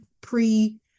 pre